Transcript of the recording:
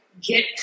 get